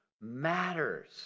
matters